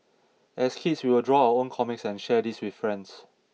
as kids we would draw our own comics and share these with friends